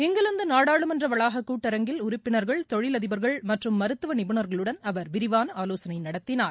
இங்கிலாந்து நாடாளுமன்ற வளாக கூட்டரங்கில் உறுப்பினர்கள் தொழில் அதிபர்கள் மற்றும் மருத்துவ நிபுணர்களுடன் அவர் விரிவான ஆலோசனை நடத்தினார்